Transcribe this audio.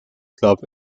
club